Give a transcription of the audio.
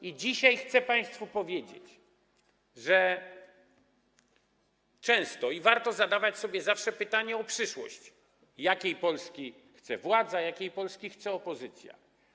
I dzisiaj chcę państwu powiedzieć, że zawsze warto zadawać sobie pytania o przyszłość, jakiej Polski chce władza, jakiej Polski chce opozycja.